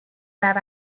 that